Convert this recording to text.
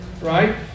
right